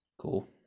Cool